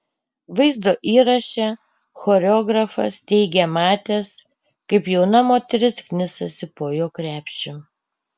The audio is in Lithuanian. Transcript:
vaizdo įraše choreografas teigė matęs kaip jauna moteris knisasi po jo krepšį